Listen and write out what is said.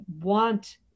want